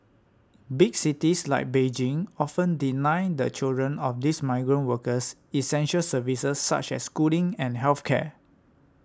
big cities like Beijing often deny the children of these migrant workers essential services such as schooling and health care